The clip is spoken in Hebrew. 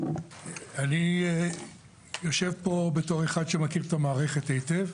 אני יושב פה בתור אחד שמכיר את המערכת היטב,